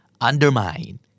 Undermine